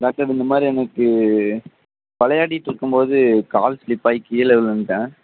doctor இந்தமாதிரி எனக்கு விளையாடிட்ருக்கும்போது கால் ஸ்லிப்பாகி கீழே விழுந்துட்டேன்